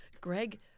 Greg